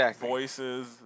voices